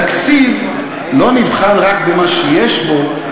תקציב לא נבחן רק במה שיש בו,